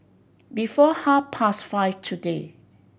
before half past five today